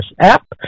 app